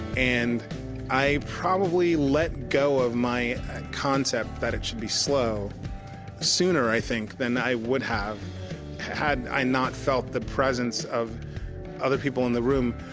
and i probably let go of my concept that it should be slow sooner, i think that i would have had i not felt the presence of other people in the room,